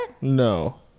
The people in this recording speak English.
no